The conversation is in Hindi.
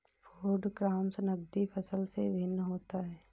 फूड क्रॉप्स नगदी फसल से भिन्न होता है